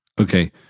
Okay